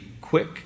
quick